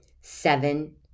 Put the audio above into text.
Seven